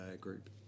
group